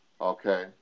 Okay